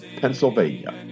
Pennsylvania